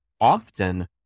often